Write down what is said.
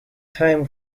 time